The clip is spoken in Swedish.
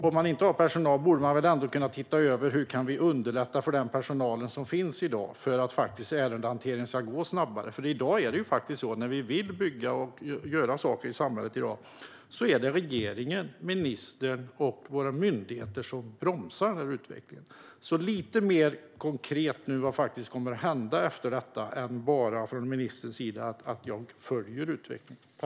Om man inte har personal borde man väl ändå kunna se över hur man kan underlätta för den personal som finns i dag för att ärendehanteringen ska gå snabbare. När man vill bygga eller göra andra saker i samhället i dag, då är det regeringen, ministern och våra myndigheter som bromsar utvecklingen. Jag skulle vilja höra lite mer konkret om vad som kommer att hända efter detta än bara det som ministern säger: Jag följer utvecklingen.